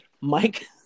Mike